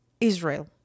Israel